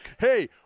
Hey